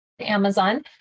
Amazon